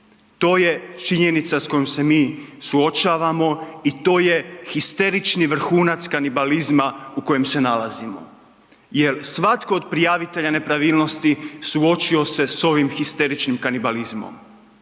To je činjenica s kojom se mi suočavamo i to je histerični vrhunac kanibalizma u kojem se nalazimo jel svako od prijavitelja nepravilnosti suočio se s ovim histeričnim kanibalizmom.